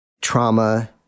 trauma